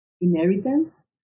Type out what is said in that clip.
inheritance